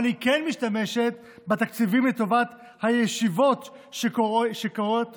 אבל היא כן משתמשת בתקציבים לטובת הישיבות שקוראות: